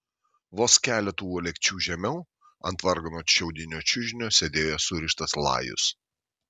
vos keletu uolekčių žemiau ant vargano šiaudinio čiužinio sėdėjo surištas lajus